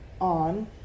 on